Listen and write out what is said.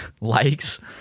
likes